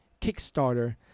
Kickstarter